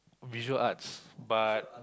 visual arts but